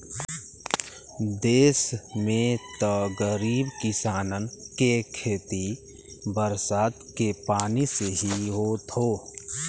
देस में त गरीब किसानन के खेती बरसात के पानी से ही होत हौ